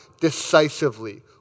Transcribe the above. decisively